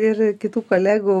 ir kitų kolegų